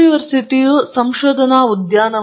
ನೀವು ಘನ ಸ್ಥಿತಿಯ ಭೌತಶಾಸ್ತ್ರವನ್ನು ಮಾಡಬೇಕಾಗಿತ್ತು